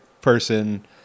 person